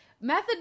Method